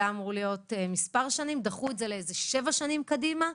אמור להיות מספר שנים ודחו את זה לשבע שנים קדימה.